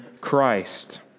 Christ